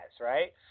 right